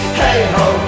hey-ho